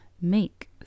make